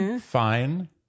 Fine